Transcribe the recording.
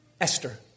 Esther